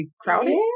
crowded